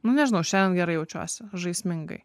nu nežinau šiandien gerai jaučiuosi žaismingai